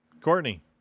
Courtney